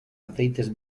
aceites